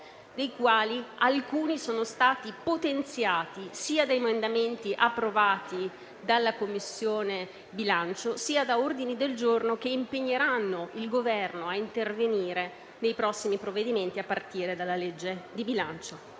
e alcuni sono stati potenziati sia da emendamenti approvati dalla Commissione bilancio, sia da ordini del giorno che impegneranno il Governo a intervenire nei prossimi provvedimenti, a partire dalla legge di bilancio.